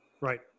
Right